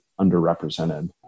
underrepresented